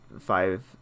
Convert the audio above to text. five